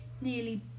nearly